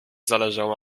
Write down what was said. zależało